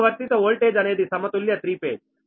అనువర్తిత వోల్టేజ్ అనేది సమతుల్య 3 ఫేజ్